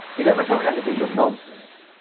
you never talk anything but nonsense.